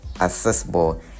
accessible